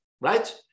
right